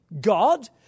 God